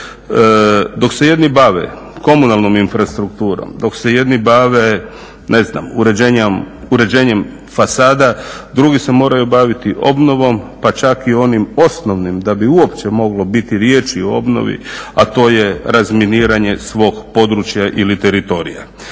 Dok se jedni bave komunalnom infrastrukturom, dok se jedni bave ne znam uređenjem fasada drugi se moraju baviti obnovom pa čak i onim osnovnim da bi uopće moglo biti riječi o obnovi, a to je razminiranje svog područja ili teritorija.